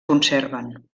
conserven